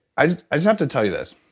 i i just have to tell you this,